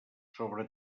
sobre